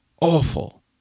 awful